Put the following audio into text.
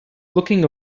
looking